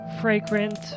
fragrant